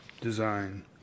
design